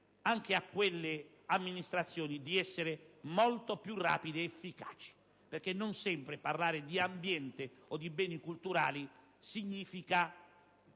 alle relative amministrazioni di essere molto più rapide ed efficaci. Infatti, non sempre parlare di ambiente o di beni culturali significa